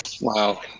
Wow